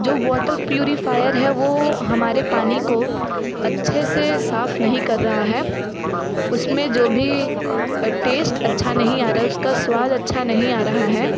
जो water purifier है वो हमारे पानी को अच्छे से साफ नहीं कर रहा है उसमें जो भी टेस्ट अच्छा नहीं आ रहा उसका स्वाद अच्छा नहीं आ रहा है